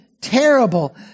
terrible